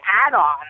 add-on